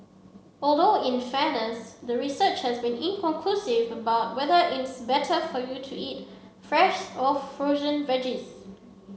although in fairness the research has been inconclusive about whether it's better for you to eat fresh or frozen veggies